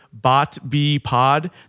BOTBPOD